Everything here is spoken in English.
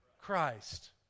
Christ